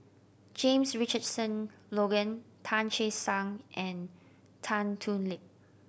James Richardson Logan Tan Che Sang and Tan Thoon Lip